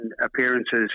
appearances